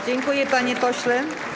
Dziękuję, panie pośle.